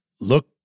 look